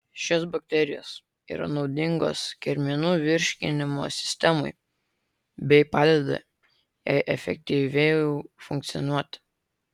šios bakterijos yra naudingos kirminų virškinimo sistemai bei padeda jai efektyviau funkcionuoti